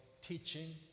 teaching